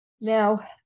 Now